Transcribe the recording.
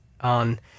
on